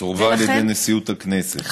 סורבה על ידי נשיאות הכנסת, אני מחדד.